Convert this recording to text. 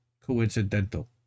coincidental